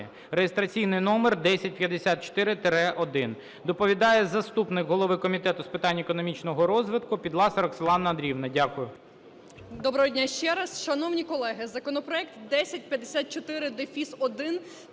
(реєстраційний номер 1054-1). Доповідає заступник голови Комітету з питань економічного розвитку Підласа Роксолана Андріївна. Дякую.